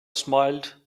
smiled